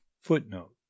Footnote